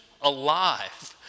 alive